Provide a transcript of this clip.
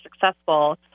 successful